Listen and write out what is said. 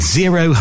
zero